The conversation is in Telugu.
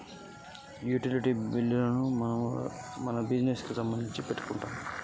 యుటిలిటీ బిల్లులను మీరు వేటిని దృష్టిలో పెట్టుకొని తీసుకుంటారు?